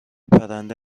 پرنده